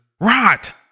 Rot